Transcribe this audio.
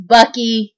Bucky